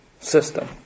system